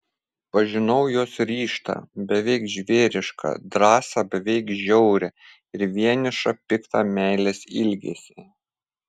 pažinau jos ryžtą beveik žvėrišką drąsą beveik žiaurią ir vienišą piktą meilės ilgesį